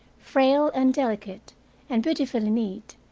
frail and delicate and beautifully neat,